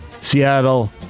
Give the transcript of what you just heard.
Seattle